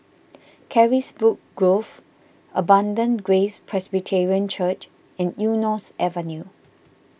Carisbrooke Grove Abundant Grace Presbyterian Church and Eunos Avenue